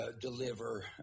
deliver